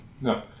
No